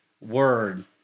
word